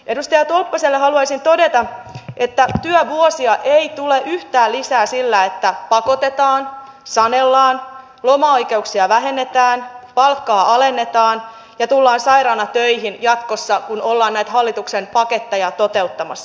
edustaja tolppaselle haluaisin todeta että työvuosia ei tule yhtään lisää sillä että pakotetaan sanellaan lomaoikeuksia vähennetään palkkaa alennetaan ja tullaan sairaana töihin jatkossa kun ollaan näitä hallituksen paketteja toteuttamassa